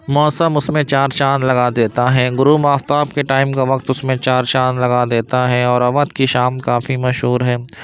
موسم اس میں چار چاند لگا دیتا ہے غروب آفتاب کے ٹائم کا وقت اس میں چار چاند لگا دیتا ہے اور اودھ کی شام کافی مشہور ہے